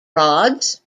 rods